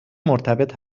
مرتبط